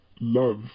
love